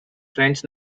french